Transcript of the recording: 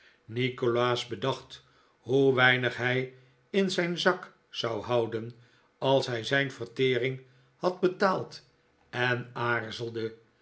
nikolaas bedacht hoe weinig hij in zijn zak zou houden als hij zijn vertering had betaald en aarzelde